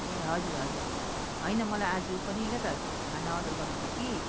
ए हजुर हजुर होइन मलाई आज पनि क्या त खाना अर्डर गर्नु थियो कि